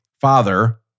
father